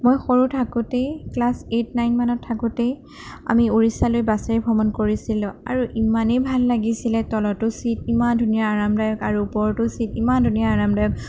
মই সৰু থাকোঁতেই ক্লাছ এইট নাইন মানত থাকোঁতেই আমি উৰিষ্যালৈ বাছেৰে ভ্ৰমণ কৰিছিলোঁ আৰু ইমানেই ভাল লাগিছিলে তলতো ছিট ইমান ধুনীয়া আৰামদায়ক আৰু ওপৰতো ছিট ইমান ধুনীয়া আৰামদায়ক